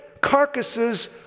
carcasses